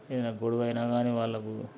ఏదైనా గొడవ అయినా గానీ వాళ్లకు